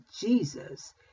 Jesus